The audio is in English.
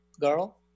girl